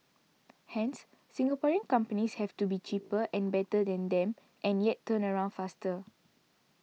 hence Singaporean companies have to be cheaper and better than them and yet turnaround faster